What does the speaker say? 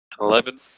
Eleven